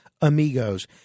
Amigos